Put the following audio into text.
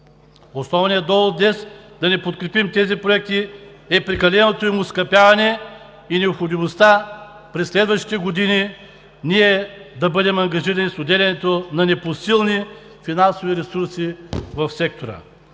Основният довод днес да не подкрепим тези проекти е прекаленото им оскъпяване и необходимостта през следващите години ние да бъдем ангажирани с отделянето на непосилни финансови ресурси в сектора.